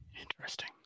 Interesting